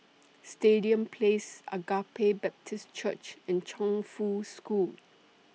Stadium Place Agape Baptist Church and Chongfu School